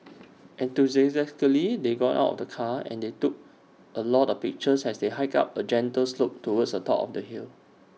enthusiastically they got out of the car and they took A lot of pictures as they hiked up A gentle slope towards the top of the hill